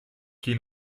chi